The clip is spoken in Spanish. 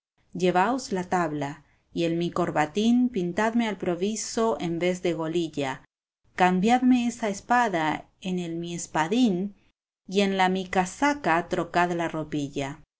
llevaos la tabla y el mi corbatín pintadme al proviso en vez de golilla cambiadme esa espada en el mi espadín y en la mi casaca trocad la ropilla ca